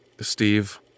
Steve